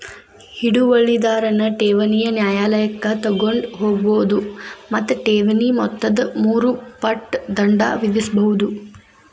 ಹಿಡುವಳಿದಾರನ್ ಠೇವಣಿನ ನ್ಯಾಯಾಲಯಕ್ಕ ತಗೊಂಡ್ ಹೋಗ್ಬೋದು ಮತ್ತ ಠೇವಣಿ ಮೊತ್ತದ ಮೂರು ಪಟ್ ದಂಡ ವಿಧಿಸ್ಬಹುದು